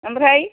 ओमफ्राय